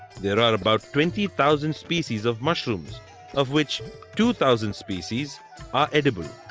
there are about twenty thousand species of mushrooms of which two thousand species are edible.